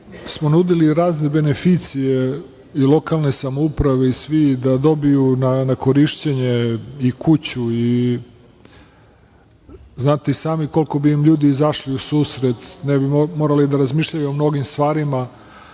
smo nudili razne beneficije i lokalne samouprave i svi da dobiju na korišćenje i kuću i znate i sami koliko bi im ljudi izašli u susret, ne bi morali da razmišljaju o mnogim stvarima,